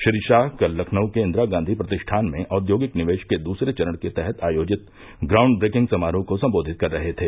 श्री शाह कल लखनऊ के इन्दिरा गॉधी प्रतिष्ठान में औद्योगिक निवेश के दूसरे चरण के तहत आयोजित ग्राउण्ड प्रेकिंग समारोह को सम्बोधित कर रहे थे